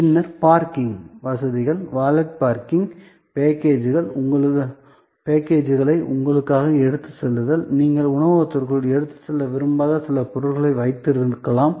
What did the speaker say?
பின்னர் பார்க்கிங் வசதிகள் valet parking பேக்கேஜ்களை உங்களுக்காக எடுத்துச் செல்லுதல் நீங்கள் உணவகத்திற்குள் எடுத்துச் செல்ல விரும்பாத சில பொருட்களை வைத்திருக்கலாம்